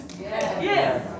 Yes